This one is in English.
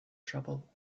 trouble